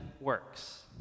works